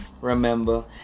Remember